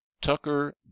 Tucker